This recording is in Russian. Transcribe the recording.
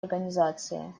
организации